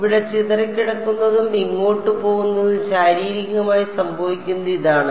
ഇവിടെ ചിതറിക്കിടക്കുന്നതും ഇങ്ങോട്ട് പോകുന്നതും ശാരീരികമായി സംഭവിക്കുന്നത് ഇതാണ്